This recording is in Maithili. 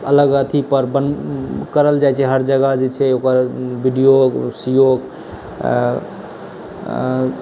अलग अथी पर कयल जाइत छै हर जगह जे छै ओकर बी डी ओ सी ओ